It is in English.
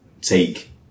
take